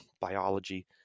biology